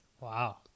Wow